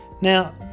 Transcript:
now